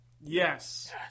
Yes